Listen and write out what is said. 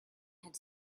had